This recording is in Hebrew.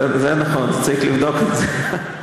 זה נכון, צריך לבדוק את זה.